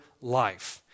life